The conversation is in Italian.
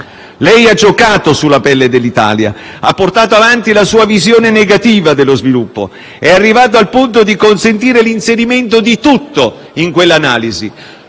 Lei ha giocato sulla pelle dell'Italia; ha portato avanti la sua visione negativa dello sviluppo; è arrivato al punto di consentire l'inserimento tutto in quell'analisi: